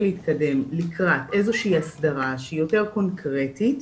להתקדם לקראת איזושהי הסדרה שהיא יותר קונקרטית,